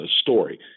story